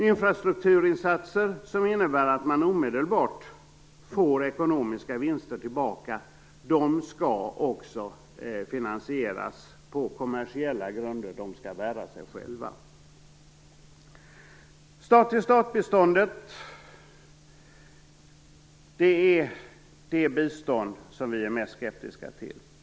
Infrastrukturinsatser som innebär att man omedelbart får ekonomiska vinster tillbaka skall finansieras på kommersiella grunder och bära sig själva. Stat-till-stat-biståndet är det bistånd som vi är mest skeptiska till.